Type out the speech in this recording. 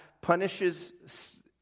punishes